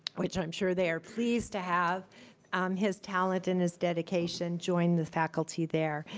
which i'm sure they are pleased to have his talent and his dedication join the faculty there.